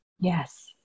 Yes